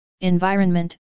environment